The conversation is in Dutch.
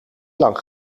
lang